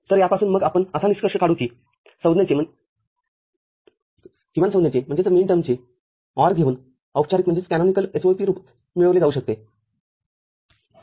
तरयापासून मग आपण असा निष्कर्ष काढू की संज्ञांचे OR घेऊनऔपचारिक SOP स्वरुप मिळविले जाऊ शकते